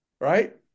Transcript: Right